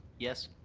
yes.